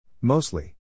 Mostly